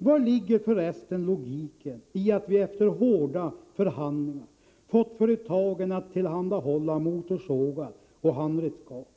”Var ligger förresten logiken i att vi efter hårda förhandlingar fått företagen att tillhandahålla motorsågar och handredskap?